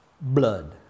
blood